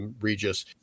Regis